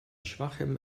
schwachem